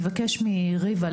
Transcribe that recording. אבקש מריבה,